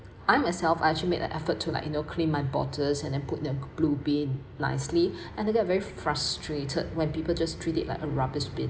I myself I actually make a effort to like you know clean my bottles and then put in the blue bin nicely and I get very frustrated when people just treat it like a rubbish bin